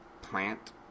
plant